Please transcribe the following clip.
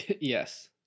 Yes